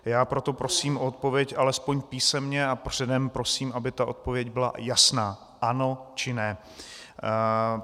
Já proto prosím o odpověď alespoň písemně a předem prosím, aby ta odpověď byla jasná, ano, či ne.